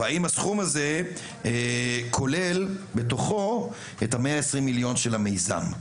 והאם הסכום הזה כולל בתוכו את ה-120 מיליון של המיזם?